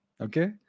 Okay